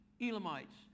Elamites